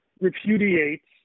repudiates